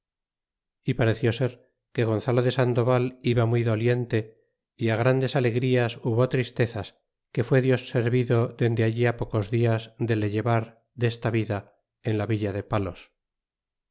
y pareció ser que gonzalo de sandoval iba muy doliente y grandes alegrías hubo tristezas que fué dios servido dende ahí á pocos dias de le llevar desta vida en la villa de palos